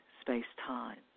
space-time